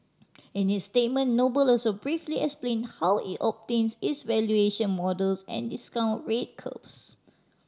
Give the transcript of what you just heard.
in its statement Noble also briefly explain how it obtains its valuation models and discount rate curves